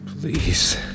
Please